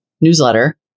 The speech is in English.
newsletter